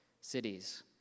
cities